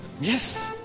Yes